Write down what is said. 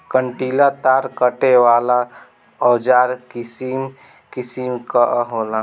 कंटीला तार काटे वाला औज़ार किसिम किसिम कअ होला